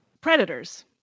Predators